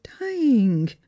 dying